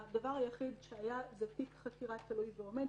הדבר היחיד שהיה זה תיק חקירה תלוי ועומד,